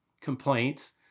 complaints